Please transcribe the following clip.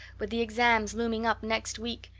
with the exams looming up next week.